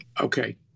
Okay